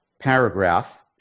paragraph